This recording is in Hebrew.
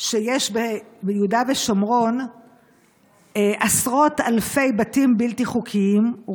שיש ביהודה ושומרון עשרות אלפי בתים בלתי חוקיים,